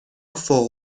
فوق